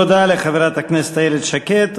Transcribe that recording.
תודה לחברת הכנסת איילת שקד.